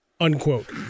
unquote